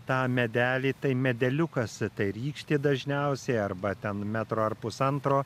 tą medelį tai medeliukas tai rykštė dažniausiai arba ten metro ar pusantro